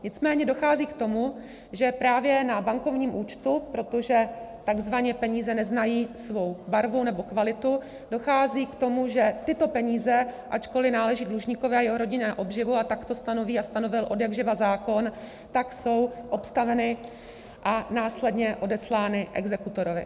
Nicméně dochází k tomu, že právě na bankovním účtu, protože takzvaně peníze neznají svou barvu nebo kvalitu, dochází k tomu, že tyto peníze, ačkoliv náleží dlužníkovi a jeho rodině na obživu, a tak to stanoví a stanovil odjakživa zákon, jsou obstaveny a následně odeslány exekutorovi.